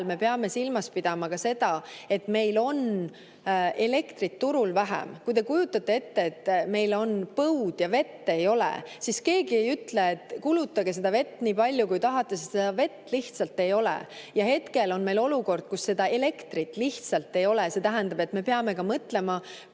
me peame silmas pidama ka seda, et meil on elektrit turul vähem. Kui te kujutate ette, et meil on põud ja vett ei ole, siis keegi ei ütle, et kulutage vett nii palju, kui tahate, sest seda vett lihtsalt ei ole. Ja hetkel on meil olukord, kus elektrit lihtsalt ei ole, see tähendab, et me peame ka mõtlema,